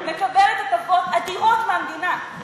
מקבלת הטבות אדירות מהמדינה,